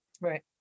Right